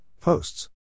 Posts